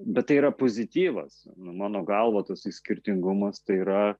bet tai yra pozityvas mano galva tasai skirtingumas tai yra